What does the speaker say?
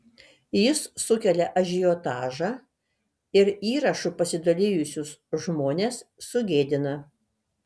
jis sukelia ažiotažą ir įrašu pasidalijusius žmones sugėdina